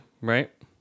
right